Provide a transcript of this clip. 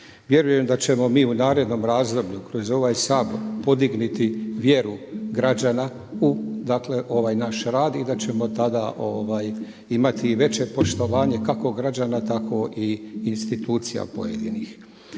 Vjerujem da ćemo mi u narednom razdoblju kroz ovaj Sabor podignuti vjeru građana u ovaj naš rad i da ćemo tada imati i veće poštovanje kako građana tako i institucija pojedinih.